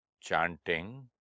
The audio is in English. chanting